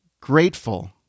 grateful